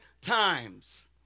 times